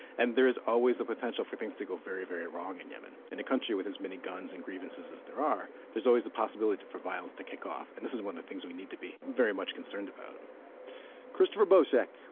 and there is always a potential for things to go very, very wrong in yemen. in a country with as many guns and grievances as there are, there's always a possibility for violence to kick off. and this is one of the things we need to be very much concerned about christopher boucek,